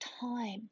time